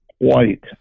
white